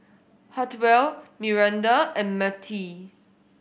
Hartwell Miranda and Mertie